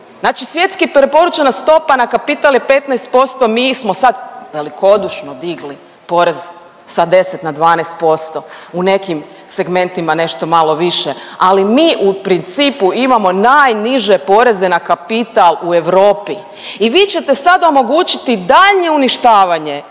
Znači svjetski je preporučena stopa na kapital je 15%, mi smo sad velikodušno digli porez sa 10 na 12%, u nekim segmentima nešto malo više, ali mi u principu imamo najniže poreze na kapital u Europi i vi ćete sad omogućiti daljnje uništavanje